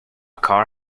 car